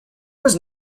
was